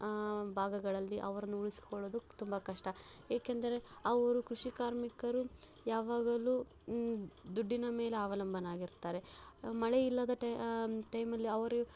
ಭಾಗಗಳಲ್ಲಿ ಅವರನ್ನು ಉಳಿಸಿಕೊಳ್ಳುವುದು ತುಂಬ ಕಷ್ಟ ಏಕೆಂದರೆ ಅವರು ಕೃಷಿ ಕಾರ್ಮಿಕರು ಯಾವಾಗಲೂ ದುಡ್ಡಿನ ಮೇಲೆ ಅವಲಂಬನೆ ಆಗಿರ್ತಾರೆ ಮಳೆಯಿಲ್ಲದ ಟೈ ಟೈಮಲ್ಲಿ ಅವರು